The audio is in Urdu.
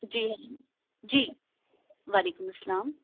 جی جی وعلیکم السّلام